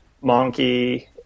Monkey